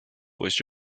pues